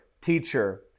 Teacher